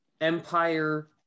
Empire